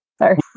Sorry